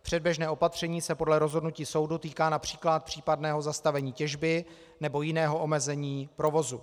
Předběžné opatření se podle rozhodnutí soudu týká např. případného zastavení těžby nebo jiného omezení provozu.